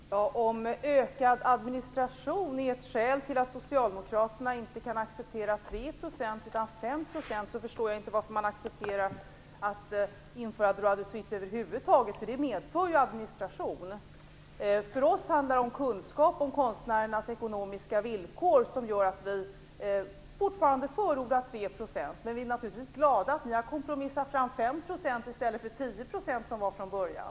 Fru talman! Om ökad administration är ett skäl till att socialdemokraterna inte kan acceptera 3 % men väl 5 %, så förstår jag inte varför man har accepterat att införa droit de suite över huvud taget som ju verkligen medför administration. För oss handlar det om kunskap om konstnärernas ekonomiska villkor. Det gör att vi fortfarande förordar 3 %. Men vi är naturligtvis glada att vi har kunnat kompromissa fram 5 % i stället för 10 % som man föreslog från början.